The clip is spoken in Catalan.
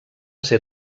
ser